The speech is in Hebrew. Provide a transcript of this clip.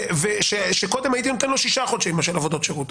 כאשר קודם הייתי נותן לו שישה חודשי עבודות שירות.